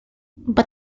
but